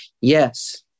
yes